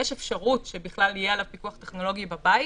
יש אפשרות שיהיה עליו פיקוח טכנולוגי בבית.